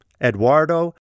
Eduardo